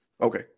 Okay